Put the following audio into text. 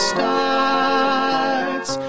Starts